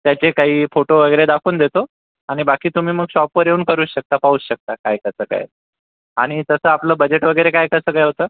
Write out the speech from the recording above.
त्याचे काही फोटो वगैरे दाखवून देतो आणि बाकी तुम्ही मग शॉपवर येऊन करू शकता पाहू शकता काय कसं काय आणि तसं आपलं बजेट वगैरे काय कसं काय होतं